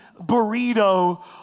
burrito